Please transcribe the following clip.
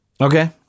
Okay